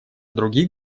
других